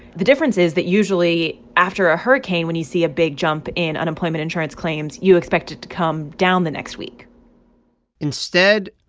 the difference is that usually after a hurricane, when you see a big jump in unemployment insurance claims, you expect it to come down the next week instead,